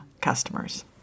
customers